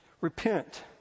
repent